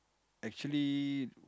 actually